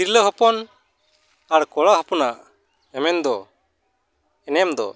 ᱛᱤᱨᱞᱟᱹ ᱦᱚᱯᱚᱱ ᱟᱨ ᱠᱚᱲᱟ ᱦᱚᱯᱚᱱᱟ ᱮᱢᱮᱱ ᱫᱚ ᱮᱱᱮᱢ ᱫᱚ